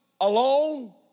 alone